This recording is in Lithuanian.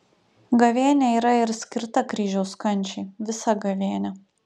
gavėnia yra ir skirta kryžiaus kančiai visa gavėnia